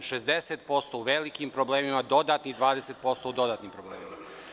U velikim problemima je 60%, dodatnih 20% u dodatnim problemima.